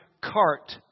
cart